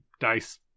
dice